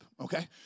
okay